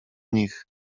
nich